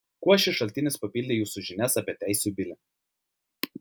kuo šis šaltinis papildė jūsų žinias apie teisių bilį